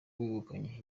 wegukanye